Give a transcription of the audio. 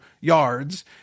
yards